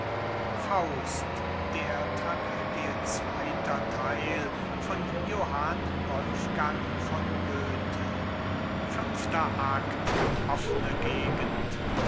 faust der tragödie erster teil author johann wolfgang von goethe posting date